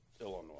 Illinois